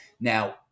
now